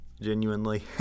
genuinely